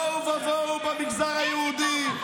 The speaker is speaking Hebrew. תוהו ובוהו במגזר היהודי,